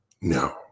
No